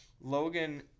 logan